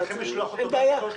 אין בעיה.